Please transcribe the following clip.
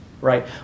right